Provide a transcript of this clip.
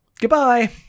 Goodbye